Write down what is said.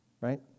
right